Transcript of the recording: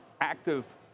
active